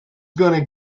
gonna